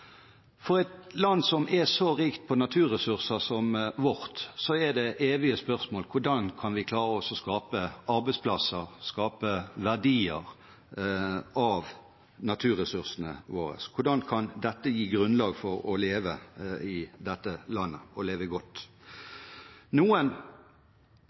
For et land som er så rikt på naturressurser som vårt, er det evige spørsmålet: Hvordan kan vi klare å skape arbeidsplasser og skape verdier av naturressursene våre, hvordan kan dette gi grunnlag for å leve i dette landet og leve godt? Noen